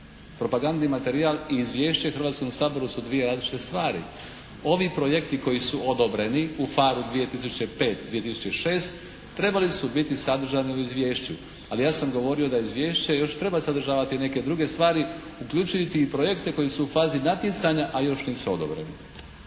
Propagandni materijal i izvješće Hrvatskom saboru su dvije različite stvari. Ovi projekti koji su odobreni u PHARE-u 2005./2006. trebali su biti sadržani u izvješću. Ali ja sam govorio da izvješće treba još sadržavati neke druge stvari, uključiti i projekte koji su u fazi natjecanja a još nisu odobreni.